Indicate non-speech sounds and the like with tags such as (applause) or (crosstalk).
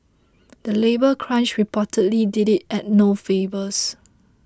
the labour crunch reportedly did it (unintelligible) no favours